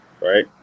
Right